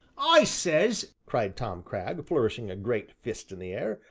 i says, cried tom cragg, flourishing a great fist in the air,